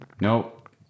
Nope